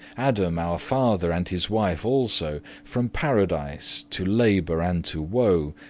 adam our father, and his wife also, from paradise, to labour and to woe,